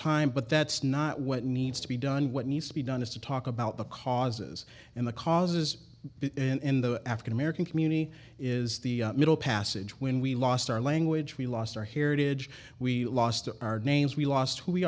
time but that's not what needs to be done what needs to be done is to talk about the causes and the causes in the african american community is the middle passage when we lost our language we lost our heritage we lost our names we lost who we